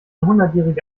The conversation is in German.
hundertjährige